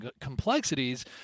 complexities